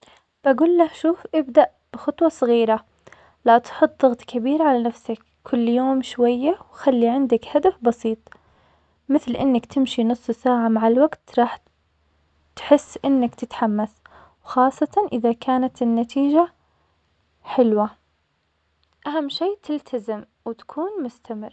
بقوله شوف ابدأ بخطوة صغيرة, لا تحط ضغط كبير على نفسك, كل يوم شوية وخالي عندك هدف بسيط, مثل إنك تمشي نص ساعة, مع الوقت راح تحس إنك تتحمس, وخاصة إذا كانت النتيجة حلوة, أهم شي تلتزم وتكون مستمر.